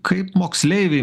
kaip moksleiviai